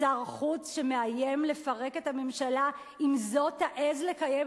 שר חוץ שמאיים לפרק את הממשלה אם זו תעז לקיים